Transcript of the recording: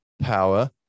power